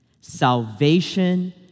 Salvation